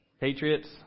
Patriots